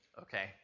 Okay